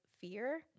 fear